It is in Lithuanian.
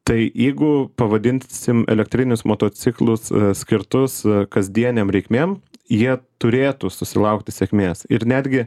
tai jeigu pavadinsim elektrinius motociklus skirtus kasdienėm reikmėm jie turėtų susilaukti sėkmės ir netgi